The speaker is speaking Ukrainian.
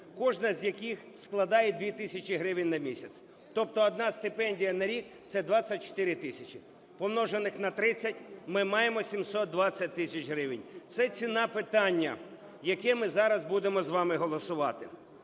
кожна з яких складає 2 тисячі гривень на місяць. Тобто одна стипендія на рік – це 24 тисячі, помножених на 30, ми маємо 720 тисяч гривень. Це ціна питання, яке ми зараз будемо з вами голосувати.